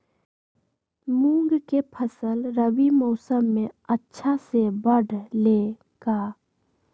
मूंग के फसल रबी मौसम में अच्छा से बढ़ ले का?